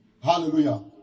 Hallelujah